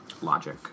logic